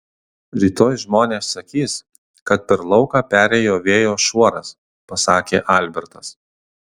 rytoj žmonės sakys kad per lauką perėjo vėjo šuoras pasakė albertas